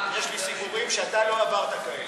יש לי סיפורים שאתה לא עברת כאלה.